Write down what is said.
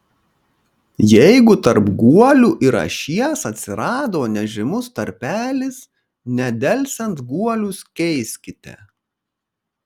jeigu tarp guolių ir ašies atsirado nežymus tarpelis nedelsiant guolius keiskite